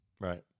Right